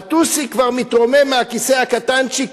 הטוסיק כבר מתרומם מהכיסא הקטנצ'יק,